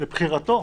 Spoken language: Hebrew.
זה לבחירתו.